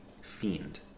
fiend